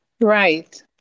Right